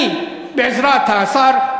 אני בעזרת השר,